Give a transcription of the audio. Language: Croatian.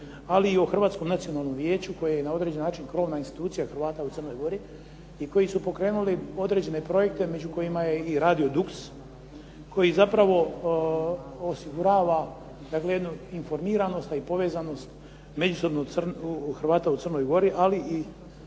ali i o Hrvatskom nacionalnom vijeću koje je na određeni način krovna institucija Hrvata u Crnoj Gori i koji su pokrenuli određene projekte među kojima je i Radio Dux koji zapravo osigurava dakle jednu informiranost a i povezanost međusobno Hrvata u Crnoj Gori ali i